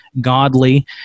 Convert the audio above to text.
godly